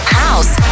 house